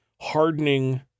hardening